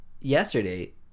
yesterday